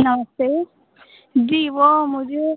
नमस्ते जी वह मुझे